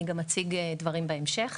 אני גם אציג דברים בהמשך.